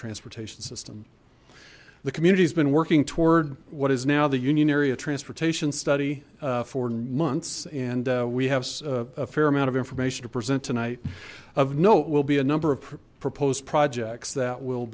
transportation system the community has been working toward what is now the union area transportation study for months and we have a fair amount of information to present tonight of note will be a number of proposed projects that will